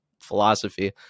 philosophy